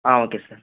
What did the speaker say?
ah okay sir